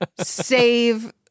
save